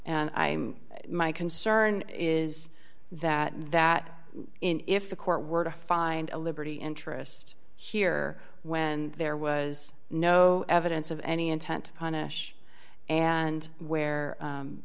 and i'm my concern is that that in if the court were to find a liberty interest here when there was no evidence of any intent punish and where